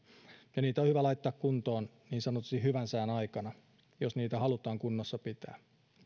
ja niitä on hyvä laittaa kuntoon niin sanotusti hyvän sään aikana jos niitä halutaan kunnossa pitää